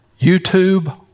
YouTube